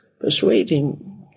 persuading